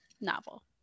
novel